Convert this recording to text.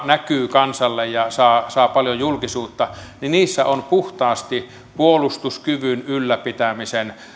näkyy kansalle ja saa saa paljon julkisuutta on puhtaasti puolustuskyvyn ylläpitämisen